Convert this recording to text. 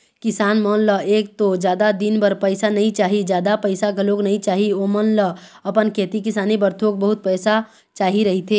किसान मन ल एक तो जादा दिन बर पइसा नइ चाही, जादा पइसा घलोक नइ चाही, ओमन ल अपन खेती किसानी बर थोक बहुत पइसा चाही रहिथे